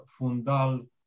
fundal